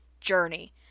journey